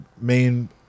main